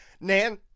Nan